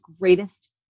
greatest